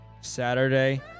Saturday